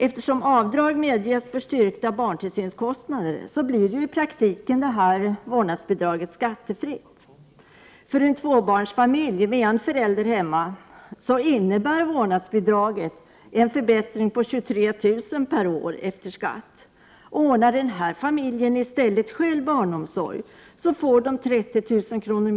Eftersom avdrag i vårt förslag medges för styrkta barntillsynskostnader blir i praktiken vårdnadsbidraget skattefritt. För en tvåbarnsfamilj med en förälder hemma innebär vårdnadsbidraget en förbättring om 23 000 kr. per år efter skatt. Om denna familj i stället ordnar sin barnomsorg får det 30 000 kr.